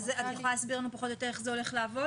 את יכולה להסביר לנו פחות או יותר איך זה הולך לעבוד?